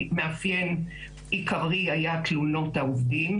מאפיין עיקרי היה תלונות העובדים,